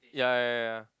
ya ya ya